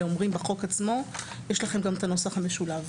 אומרים בחוק עצמו יש לכם כאן גם את הנוסח המשולב.